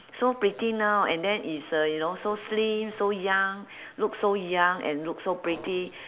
so pretty now and then is uh you know so slim so young look so young and look so pretty